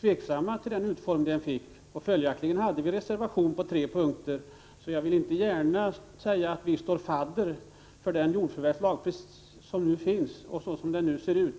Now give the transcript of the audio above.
tveksamma till den utformning lagen fick, och följaktligen avgav vi reservation på tre punkter. Jag vill alltså inte säga att vi stått fadder för jordförvärvslagen, så som den nu ser ut.